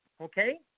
Okay